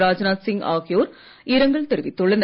ராஜ்நாத் சிங் ஆகியோர் இரங்கல் தெரிவித்துள்ளனர்